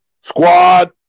Squad